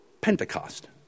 Pentecost